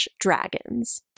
dragons